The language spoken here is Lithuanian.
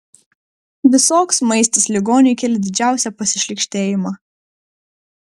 visoks maistas ligoniui kėlė didžiausią pasišlykštėjimą